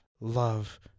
love